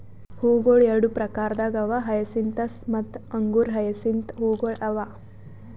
ಹೂವುಗೊಳ್ ಎರಡು ಪ್ರಕಾರದಾಗ್ ಅವಾ ಹಯಸಿಂತಸ್ ಮತ್ತ ಅಂಗುರ ಹಯಸಿಂತ್ ಹೂವುಗೊಳ್ ಅವಾ